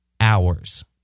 Hours